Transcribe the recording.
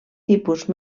tipus